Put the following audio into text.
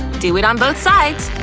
do it on both sides.